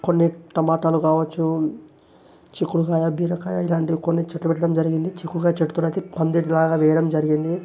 కొన్ని టొమాటోలు కావచ్చు చిక్కుడుకాయ బీరకాయ ఇలాంటి కొన్ని చెట్లు పెట్టడం జరిగింది చిక్కుడుకాయ చెట్టుతోనైతే పందిరిలాగా వెయ్యడం జరిగింది